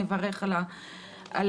נברך על העניין.